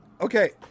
okay